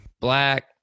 black